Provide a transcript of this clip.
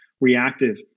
reactive